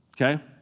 okay